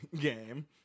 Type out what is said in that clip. game